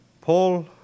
Paul